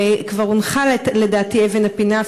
וכבר הונחה לדעתי אבן-הפינה,